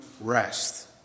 rest